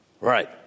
right